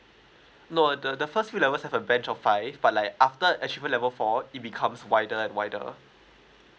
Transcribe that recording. no the the first three level have a bench of five but like after achievement level four it becomes wider and wider